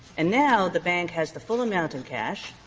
and now the bank has the full amount in cash,